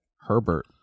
Herbert